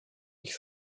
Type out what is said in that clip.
ich